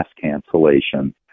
cancellation